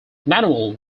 manuel